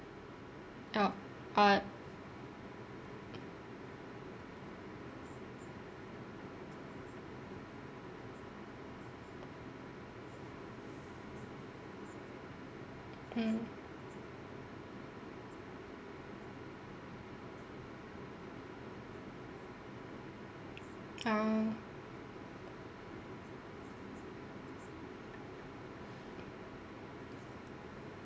ya uh mm oh